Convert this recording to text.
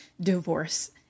divorce